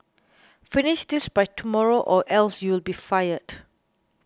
finish this by tomorrow or else you'll be fired